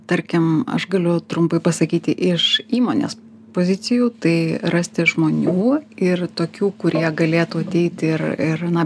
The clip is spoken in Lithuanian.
tarkim aš galiu trumpai pasakyti iš įmonės pozicijų tai rasti žmonių ir tokių kurie galėtų ateiti ir ir na